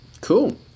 cool